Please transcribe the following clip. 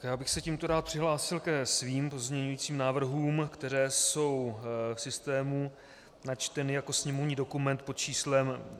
Já bych se tímto rád přihlásil ke svým pozměňujícím návrhům, které jsou v systému načteny jako sněmovní dokument pod číslem 4309.